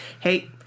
Hey